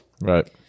Right